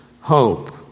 hope